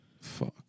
Fuck